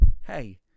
hey